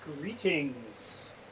Greetings